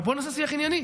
אבל בואו נעשה שיח ענייני.